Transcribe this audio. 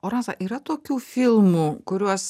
o rasa yra tokių filmų kuriuos